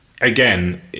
again